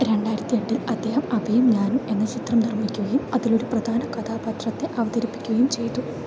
രണ്ടായിരത്തി എട്ടിൽ അദ്ദേഹം അഭിയും നാനും എന്ന ചിത്രം നിർമ്മിക്കുകയും അതിൽ ഒരു പ്രധാന കഥാപാത്രത്തെ അവതരിപ്പിക്കുകയും ചെയ്തു